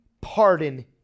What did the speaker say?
pardon